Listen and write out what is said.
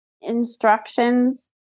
instructions